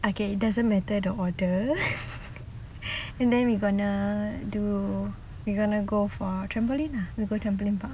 okay it doesn't matter the order and then we going to do we're going to trampoline park